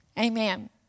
Amen